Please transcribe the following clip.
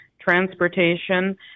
transportation